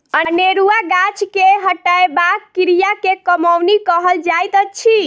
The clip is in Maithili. अनेरुआ गाछ के हटयबाक क्रिया के कमौनी कहल जाइत अछि